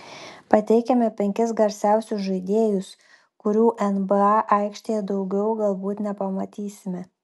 pateikiame penkis garsiausius žaidėjus kurių nba aikštėje daugiau galbūt nepamatysime